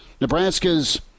Nebraska's